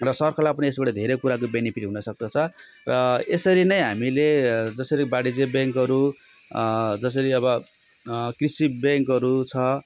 र सरकारलाई पनि यसबाट धेरै कुराको बेनिफिट हुन सक्दछ र यसरी नै हामीले जसरी वाणिज्य ब्याङ्कहरू जसरी अब कृषि ब्याङ्कहरू छ